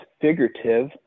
figurative